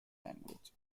language